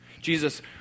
Jesus